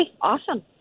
Awesome